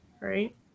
right